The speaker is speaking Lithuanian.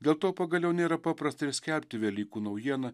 dėl to pagaliau nėra paprasta ir skelbti velykų naujieną